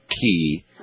key